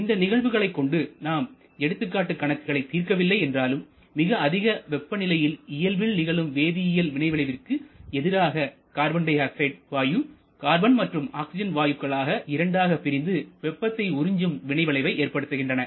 இந்த நிகழ்வுகளை கொண்டு நாம் எடுத்துக்காட்டு கணக்குகளை தீர்க்க வில்லை என்றாலும் மிக அதிக வெப்பநிலையில் இயல்பில் நிகழும் வேதியியல் வினைவிளைவிற்கு எதிராக கார்பன் டையாக்ஸைடு வாயு கார்பன் மற்றும் ஆக்சிஜன் வாயுக்கள் ஆக இரண்டாக பிரிந்துவெப்பத்தை உறிஞ்சும் வினை விளைவை ஏற்படுத்துகின்றன